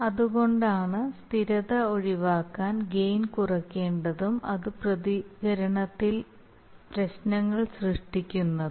അതുകൊണ്ടാണ് സ്ഥിരത ഒഴിവാക്കാൻ ഗെയിൻ കുറയ്ക്കേണ്ടതും അത് പ്രതികരണത്തിൽ പ്രശ്നങ്ങൾ സൃഷ്ടിക്കുന്നതും